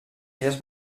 illes